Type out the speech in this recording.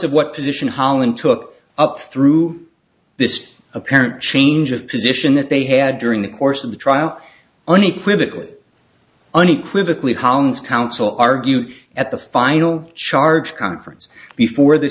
of what position holland took up through this apparent change of position that they had during the course of the trial unequivocally unequivocally holland's counsel argued at the final charge conference before th